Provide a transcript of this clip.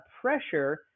pressure